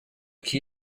key